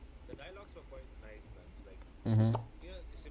mmhmm